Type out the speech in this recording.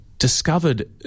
Discovered